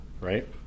Right